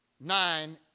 nine